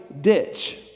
ditch